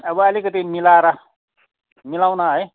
अब अलिकति मिलाएर मिलाउन है